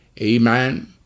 Amen